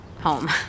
home